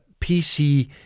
PC